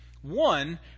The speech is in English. One